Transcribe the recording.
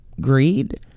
greed